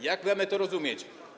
Jak mamy to rozumieć?